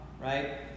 right